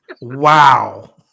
Wow